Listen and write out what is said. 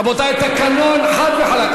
רבותי, התקנון חד וחלק.